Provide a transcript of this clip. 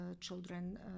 children